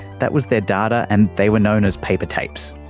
that was their data and they were known as paper tapes.